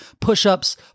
push-ups